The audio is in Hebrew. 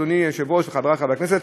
אדוני היושב-ראש וחברי חברי הכנסת,